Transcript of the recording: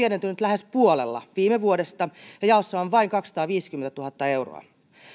pienentynyt lähes puolella viime vuodesta ja jaossa on vain kaksisataaviisikymmentätuhatta euroa